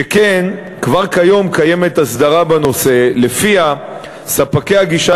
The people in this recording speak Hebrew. שכן כבר כיום קיימת הסדרה בנושא, שלפיה ספקי הגישה